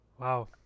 Wow